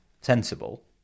sensible